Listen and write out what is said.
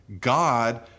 God